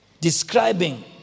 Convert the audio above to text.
describing